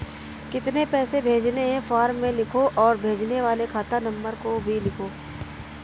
कितने पैसे भेजने हैं फॉर्म में लिखो और भेजने वाले खाता नंबर को भी लिखो